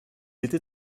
était